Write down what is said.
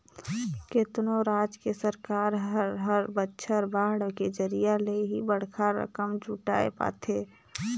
केतनो राज के सरकार हर हर बछर बांड के जरिया ले ही बड़खा रकम जुटाय पाथे